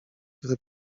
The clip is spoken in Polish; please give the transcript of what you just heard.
który